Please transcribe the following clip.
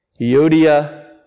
Iodia